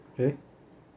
okay